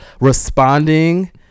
responding